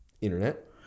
internet